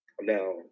Now